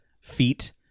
feet